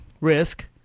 Risk